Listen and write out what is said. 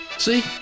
See